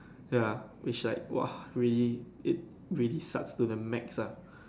ya which like !woah! really it really sucks to the max lah